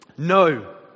No